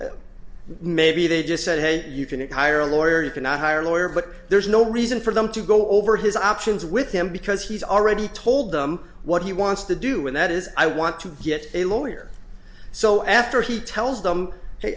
u maybe they just said hey you can hire a lawyer you cannot hire a lawyer but there's no reason for them to go over his options with him because he's already told them what he wants to do with that is i want to get a lawyer so after he tells them hey